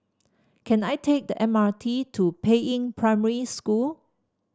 can I take the M R T to Peiying Primary School